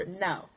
No